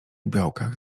białkach